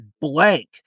blank